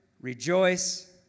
rejoice